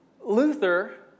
Luther